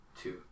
Two